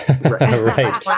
Right